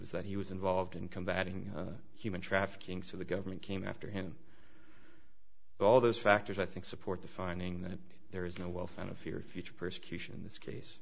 was that he was involved in combating human trafficking so the government came after him all those factors i think support the finding that there is no well founded fear future persecution in this case